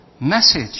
message